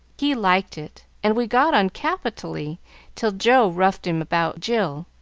he liked it, and we got on capitally till joe roughed him about jill.